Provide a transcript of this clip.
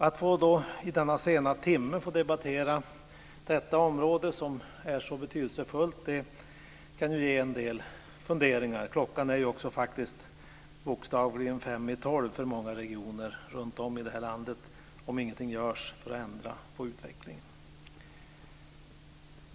Att i denna sena timme få debattera detta område, som är så betydelsefullt, kan ju ge en del funderingar. Klockan är ju också faktiskt bokstavligen fem i tolv för många regioner runtom i det här landet om ingenting görs för att ändra på utvecklingen.